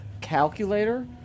calculator